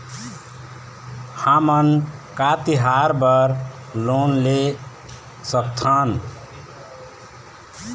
हमन का तिहार बर लोन ले सकथन?